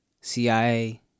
CIA